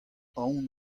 aon